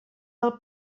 del